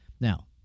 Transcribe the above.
Now